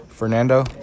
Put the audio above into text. Fernando